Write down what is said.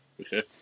Okay